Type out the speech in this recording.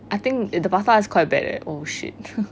I think the pasta if quite bad eh oh shit